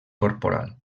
corporal